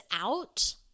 out